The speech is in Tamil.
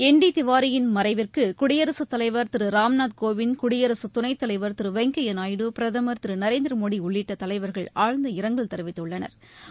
என் டி திவாரியின் மறைவிக்கு குடியரசுத் தலைவர் திரு ராம்நாத் கோவிந்த் குடியரசு துணைத்தலைவர் திரு வெங்கையா நாயுட பிரதமர் திரு நரேந்திரமோடி உள்ளிட்ட தலைவர்கள் ஆழ்ந்த இரங்கல் தெரிவித்துள்ளனா்